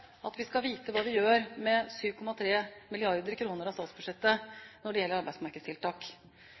at vi skal vite hva vi gjør med 7,3 mrd. kr av statsbudsjettet når det gjelder arbeidsmarkedstiltak.